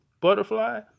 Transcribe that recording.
Butterfly